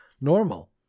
normal